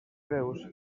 preus